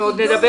תודה.